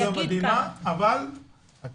אתם עושים עבודה מדהימה, אבל זה לא